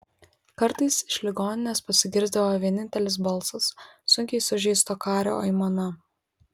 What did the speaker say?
kartais iš ligoninės pasigirsdavo vienintelis balsas sunkiai sužeisto kario aimana